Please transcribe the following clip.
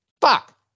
Fuck